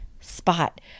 Spot